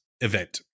event